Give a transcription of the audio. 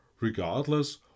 regardless